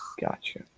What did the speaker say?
gotcha